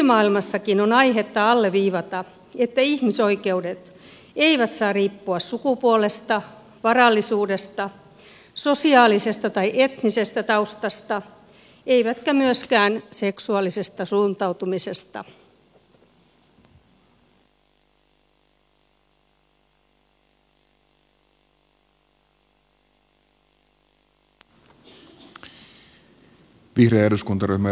nykymaailmassakin on aihetta alleviivata sitä että ihmisoikeudet eivät saa riippua sukupuolesta varallisuudesta sosiaalisesta tai etnisestä taustasta eivätkä myöskään seksuaalisesta suuntautumisesta